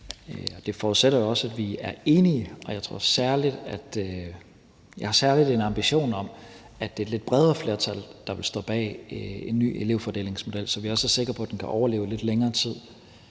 Det forudsætter jo også, at vi er enige, og jeg har særlig en ambition om, at det er et lidt bredere flertal, der vil stå bag en ny elevfordelingsmodel, så vi også er sikre på, at den kan overleve lidt længere tid,